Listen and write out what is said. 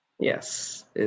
Yes